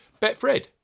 Betfred